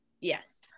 Yes